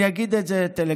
אני אגיד את זה טלגרפית.